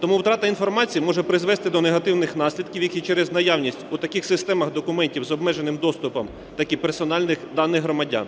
Тому втрата інформації може призвести до негативних наслідків, які через наявність у таких системах документів з обмеженим доступом, так і персональних даних громадян.